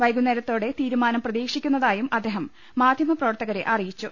വൈകുന്നേര ത്തോടെ തീരുമാനം പ്രതീക്ഷിക്കുന്നതായും അദ്ദേഹം മാധ്യമ പ്രവർത്തകരെ അറിയിച്ചു